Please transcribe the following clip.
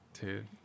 Dude